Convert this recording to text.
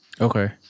Okay